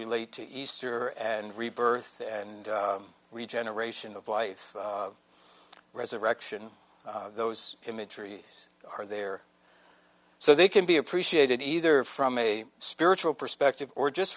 relate to easter and rebirth and regeneration of life resurrection those imageries are there so they can be appreciated either from a spiritual perspective or just